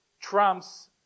trumps